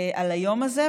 על היום הזה.